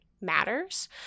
matters